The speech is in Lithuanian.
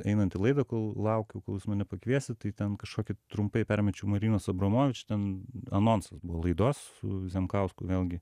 einant į laidą kol laukiau kol jūs mane pakviesit tai ten kažkokį trumpai permečiau marinos abramovič ten anonsas buvo laidos su zemkausku vėlgi